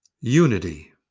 unity